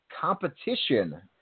competition